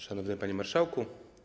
Szanowny Panie Marszałku!